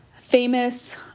famous